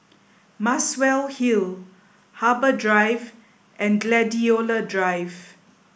Muswell Hill Harbour Drive and Gladiola Drive